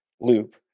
loop